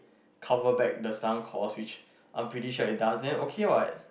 cover back the sum cost which I'm pretty sure it does then okay what